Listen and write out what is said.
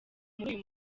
w’uyu